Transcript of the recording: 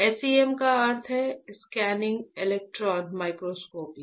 SEM का अर्थ है स्कैनिंग इलेक्ट्रॉन माइक्रोस्कोपी